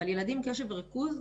אבל ילדים עם קשב וריכוז,